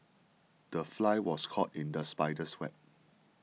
the fly was caught in the spider's web